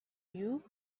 you